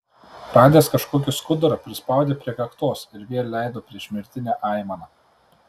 radęs kažkokį skudurą prispaudė prie kaktos ir vėl leido priešmirtinę aimaną